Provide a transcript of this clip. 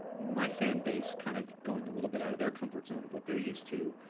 my fan base kind of going a little bit out of their comfort zone, of what they're used to,